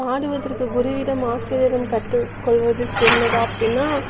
பாடுவதற்கு குருவிடம் ஆசிரியரிடம் கற்று கொள்வது சிறந்ததாக அப்படின்னா